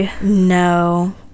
No